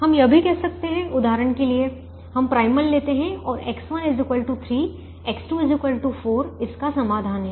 हम यह भी कह सकते हैं उदाहरण के लिए हम primal लेते हैं और X1 3 X2 4 इसका समाधान है